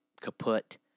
kaput